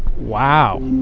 wow.